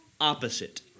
opposite